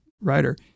writer